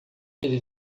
ele